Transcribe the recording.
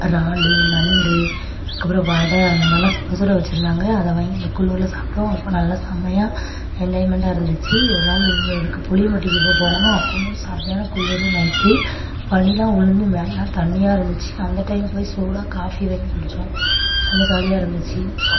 இறாலு நண்டு அதுக்கப்புறம் வடை அந்த மாதிரிலாம் சுடசுட வச்சுருந்தாங்க அதை வாங்கி அந்த குளிருல சாப்பிட்டோம் அப்போ நல்ல செமையாக என்ஜாய்மெண்டாக இருந்துச்சு ஒரு நாள் இந்த இதுக்கு புளியம்பட்டிக்கி போனோம் அப்பவும் சரியான குளிரு நைட்டு பனியெலாம் விளுந்து மேலெல்லாம் தண்ணியாக இருந்துச்சு அந்த டைம் போய் சூடாக காஃபி வாங்கி குடித்தோம் செமை ஜாலியாக இருந்துச்சு